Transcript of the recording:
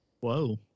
Whoa